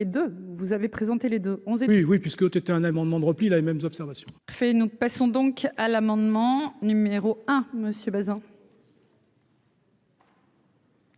Et de vous avez présenté les 2 11. Oui, oui, puisque c'était un amendement de repli là les mêmes observations. Fais nous passons donc à l'amendement numéro un monsieur Bazin.